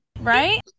right